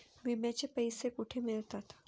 विम्याचे पैसे कुठे मिळतात?